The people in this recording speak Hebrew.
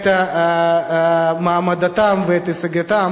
את מעמדם ואת הישגיהם